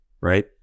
right